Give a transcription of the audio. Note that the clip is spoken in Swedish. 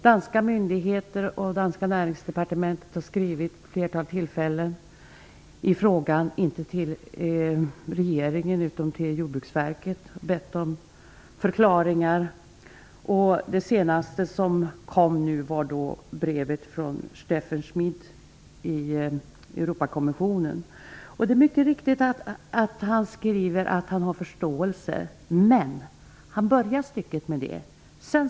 Danska myndigheter och det danska näringsdepartementet har vid ett flertal tillfällen skrivit till Jordbruksverket -- inte till regeringen -- och bett om förklaringar. Det senaste brevet kom från Steffen Smidt i Europakommissionen. Han skriver mycket riktigt att han har förståelse. Han börjar med det.